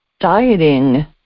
dieting